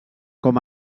com